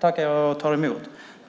jag för och tar emot.